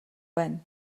байна